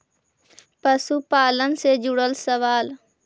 पशुपालन से जुड़ल सवाल?